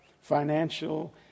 financial